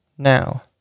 Now